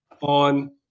on